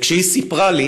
וכשהיא סיפרה לי